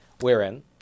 wherein